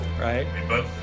Right